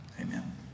Amen